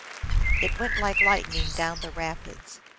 it went like lightning down the rapids.